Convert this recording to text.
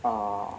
啊